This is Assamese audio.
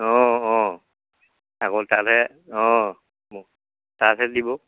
অঁ অঁ আকৌ তাতে অঁ তাতহে দিব